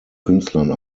künstlern